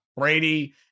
Brady